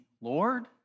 Lord